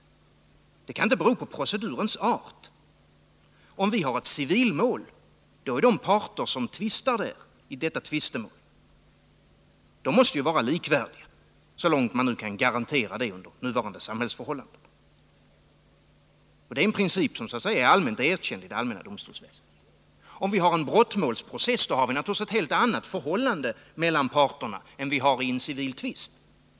Likställigheten kan inte vara beroende av procedurens art. I ett civilmål måste de parter som tvistar vara likvärdiga — så långt man nu kan garantera det under rådande samhällsförhållanden. Det är en princip som är allmänt erkänd och som tillämpas av det allmänna domstolsväsendet. Men om det är fråga om en brottsmålsprocess, då har vi naturligtvis ett annat förhållande mellan parterna än vid en civil tvist.